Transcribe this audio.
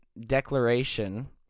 declaration